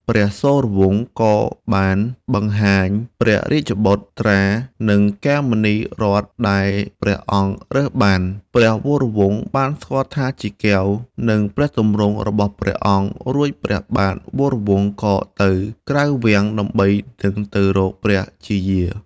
ព្រះសូរវង្សក៏បានបង្ហាញព្រះរាជបុត្រា និងកែវមណីរតន៍ដែលព្រះអង្គរើសបាន។ ព្រះវរវង្សបានស្គាល់ថាជាកែវ និងព្រះទម្រង់របស់ព្រះអង្គ រួចព្រះបាទវរវង្ស ចេញទៅក្រៅវាំងដើម្បីនឹងទៅរកព្រះជាយា។